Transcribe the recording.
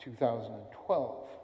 2012